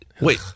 Wait